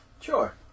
sure